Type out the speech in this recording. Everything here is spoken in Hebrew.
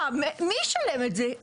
מי ישלם את זה?